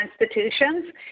institutions